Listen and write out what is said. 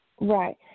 Right